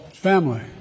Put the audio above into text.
family